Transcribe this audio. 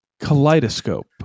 Kaleidoscope